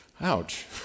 Ouch